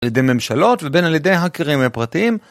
על ידי ממשלות ובין על ידי האקרים פרטיים.